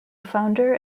founder